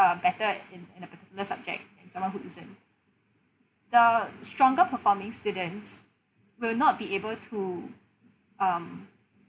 uh better in in a particular subject and someone who isn't the stronger performing students will not be able to um